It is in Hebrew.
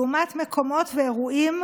לעומת מקומות ואירועים